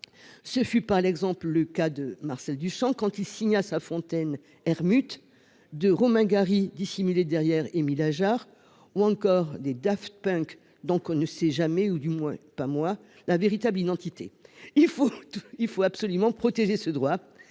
Ce fut par exemple le cas de Marcel Duchamp, quand il signa sa fontaine « R. Mutt », de Romain Gary, dissimulé derrière Émile Ajar, ou encore des Daft Punk, dont on ne connaît pas- du moins, c'est mon cas -la véritable identité. Il faut absolument protéger ce droit.